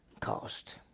cost